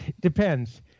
depends